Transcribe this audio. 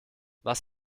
was